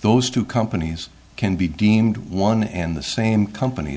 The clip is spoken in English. those two companies can be deemed one and the same company